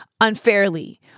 unfairly